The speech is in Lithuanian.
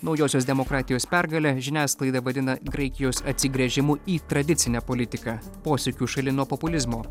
naujosios demokratijos pergale žiniasklaida vadina graikijos atsigręžimu į tradicinę politiką posūkiu šalin nuo populizmo